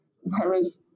Whereas